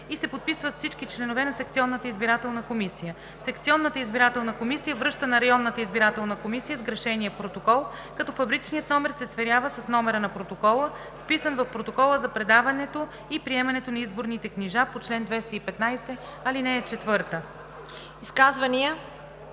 и се подписват всички членове на секционната избирателна комисия. Секционната избирателна комисия връща на районната избирателна комисия сгрешения протокол, като фабричният номер се сверява с номера на протокола, вписан в протокола за предаването и приемането на изборните книжа по чл. 215, ал. 4.“